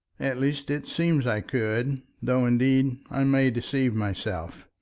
at least, it seems i could, though indeed i may deceive myself.